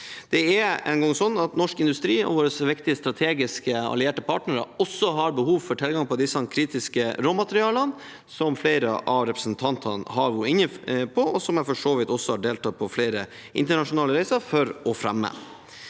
norsk industri og våre viktige strategiske allierte partnere også har behov for tilgang på disse kritiske råmaterialene, noe flere av representantene har vært inne på, og noe jeg for så vidt også har deltatt på flere internasjonale reiser for å fremme.